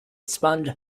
sponge